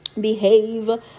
behave